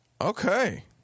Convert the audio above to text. Okay